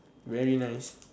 very nice